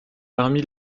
parmi